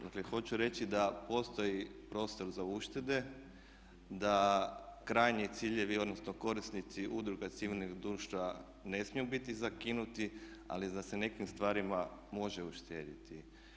Dakle, hoću reći da postoji prostor za uštede, da krajnji ciljevi odnosno korisnici udruga civilnih društava ne smiju biti zakinuti ali da se na nekim stvarima može uštedjeti.